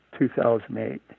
2008